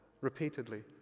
repeatedly